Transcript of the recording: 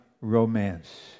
romance